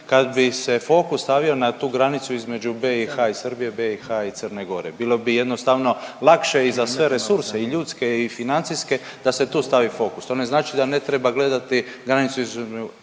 kad bi se fokus stavio na tu granicu između BiH i Srbije, BiH i Crne Gore, bilo bi jednostavno lakše i za sve resurse i ljudske i financijske da se tu stavi fokus, to ne znači da ne treba gledati granicu između